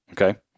Okay